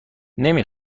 نمی